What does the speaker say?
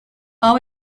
all